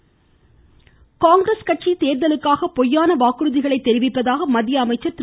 பியூஷ் கோயல் காங்கிரஸ் கட்சி தேர்தலுக்காக பொய்யான வாக்குறுதிகளை தெரிவிப்பதாக மத்திய அமைச்சர் திரு